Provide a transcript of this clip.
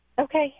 Okay